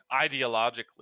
ideologically